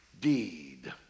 deed